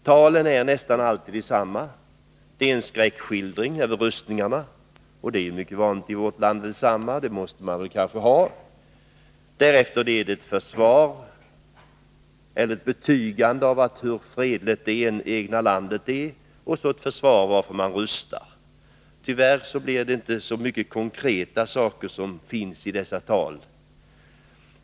Talen är nästan alltid desamma — en skräckskildring över rustningarna. Det är också mycket vanligt i vårt land, och det måste kanske vara på det sättet. Därefter är det ett betygande av hur fredligt det egna landet är och ett försvar för att man rustar. Tyvärr blir det inte så mycket konkreta saker av dessa tal.